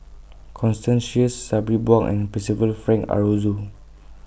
Constance Sheares Sabri Buang and Percival Frank Aroozoo